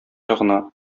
ягына